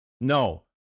no